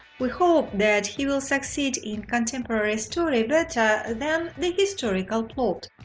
we hope that he will succeed in contemporary story better than the historical plot.